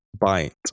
bite